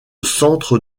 centre